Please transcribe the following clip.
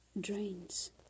drains